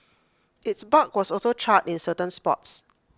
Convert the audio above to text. its bark was also charred in certain spots